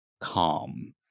calm